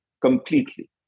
completely